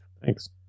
Thanks